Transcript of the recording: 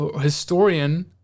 historian